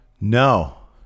No